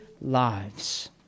lives